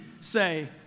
say